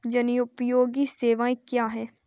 जनोपयोगी सेवाएँ क्या हैं?